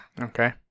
Okay